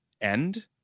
end